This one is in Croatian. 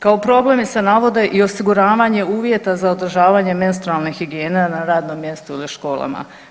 Kao problemi se navode i osiguravanje uvjeta za održavanje menstrualne higijene na radnom mjestu ili školama.